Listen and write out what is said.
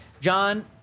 John